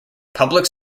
public